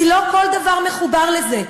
כי לא כל דבר מחובר לזה.